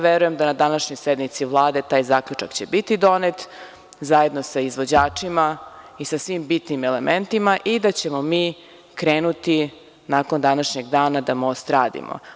Verujem da će na današnjoj sednici Vlade taj zaključak biti donet zajedno sa izvođačima i sa svim bitnim elementima, kao i da ćemo mi krenuti nakon današnjeg dana da most radimo.